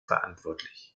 verantwortlich